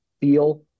Feel